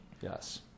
yes